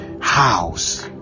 house